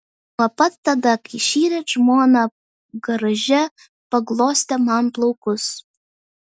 nuo pat tada kai šįryt žmona garaže paglostė man plaukus